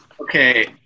Okay